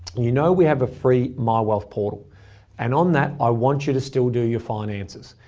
you know we have a free mywealth portal and on that i want you to still do your finances.